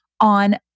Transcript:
on